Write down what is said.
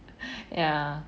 ya